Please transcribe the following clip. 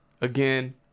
again